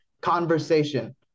conversation